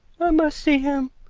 i must see him,